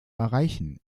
erreichen